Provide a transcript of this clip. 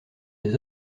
des